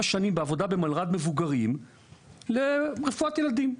שנים בעבודה במלר"ד מבוגרים לרפואת ילדים?